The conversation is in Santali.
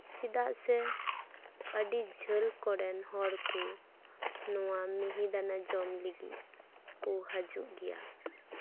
ᱪᱮᱫᱟᱜ ᱥᱮ ᱟᱹᱰᱤ ᱡᱷᱟᱹᱞ ᱠᱚᱨᱮᱱ ᱦᱚᱲ ᱠᱚ ᱱᱚᱣᱟ ᱢᱤᱦᱤᱫᱟᱱᱟ ᱡᱚᱢ ᱞᱟᱹᱜᱤᱫ ᱠᱚ ᱦᱤᱡᱩᱜ ᱜᱮᱭᱟ